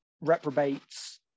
reprobates